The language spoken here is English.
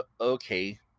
okay